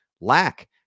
lack